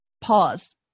pause